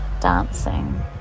dancing